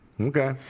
Okay